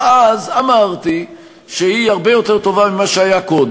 הייתם בעמדה אחת,